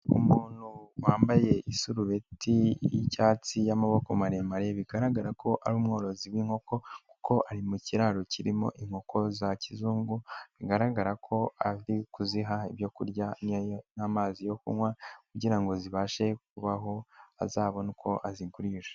Umuntu wambaye isurubeti y'icyatsi y'amaboko maremare, bigaragara ko ari umworozi w'inkoko kuko ari mu kiraro kirimo inkoko za kizungu, bigaragara ko ari kuziha ibyo kurya n'amazi yo kunywa kugira ngo zibashe kubaho azabone uko azigurisha.